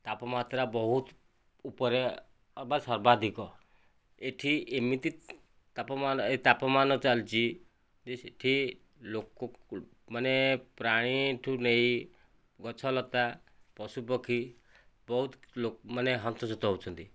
ତାପମାତ୍ରା ବହୁତ ଉପରେ ଅବା ସର୍ବାଧିକ ଏଠି ଏମିତି ତାପମାନ ତାପମାନ ଚାଲିଛି ଯେ ସେଠି ଲୋକମାନେ ପ୍ରାଣିଠୁ ନେଇ ଗଛ ଲତା ପଶୁ ପକ୍ଷୀ ବହୁତ ଲୋକମାନେ ହନ୍ତସନ୍ତ ହଉଛନ୍ତି